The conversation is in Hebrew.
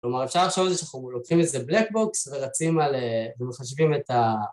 כלומר אפשר לחשוב על זה שאנחנו לוקחים איזה בלק בוקס ורצים על... ומחשבים את ה...